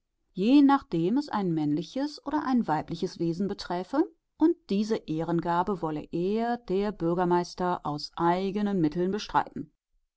je nachdem es ein männliches oder ein weibliches wesen beträfe und diese ehrengabe wolle er der bürgermeister aus eigenen mitteln bestreiten